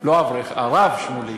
לא האברך, הרב שמולי.